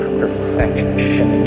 perfection